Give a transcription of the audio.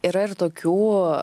yra ir tokių